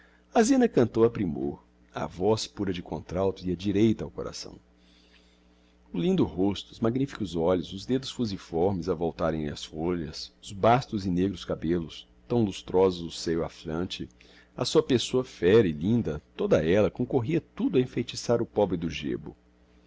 a zina cantou a primor a voz pura de contralto ia direita ao coração o lindo rosto os magnificos olhos os dedos fusiformes a voltarem as folhas os bastos e negros cabellos tão lustrósos o seio afflante a sua pessoa féra e linda toda ella concorria tudo a enfeitiçar o pobre do gêbo